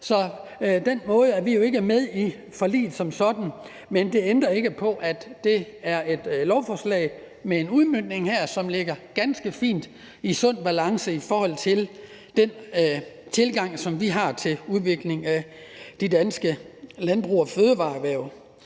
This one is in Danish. på den måde er vi ikke med i forliget som sådan. Men det ændrer ikke på, at det er et lovforslag med en udmøntning her, som ligger ganske fint i sund balance i forhold til den tilgang, som vi har til udvikling af det danske landbrugs- og fødevareerhverv.